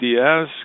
Diaz